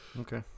Okay